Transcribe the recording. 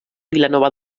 vilanova